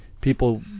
people